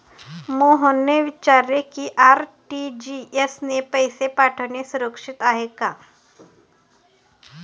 मोहनने विचारले की आर.टी.जी.एस ने पैसे पाठवणे सुरक्षित आहे का?